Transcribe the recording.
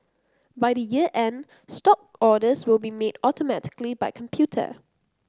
by the year end stock orders will be made automatically by computer